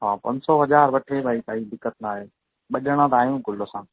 हा पंज सौ हज़ार वठे भाई काई दिक़त नाहे ॿ ॼणा त आहियूं कुल असां